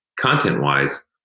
content-wise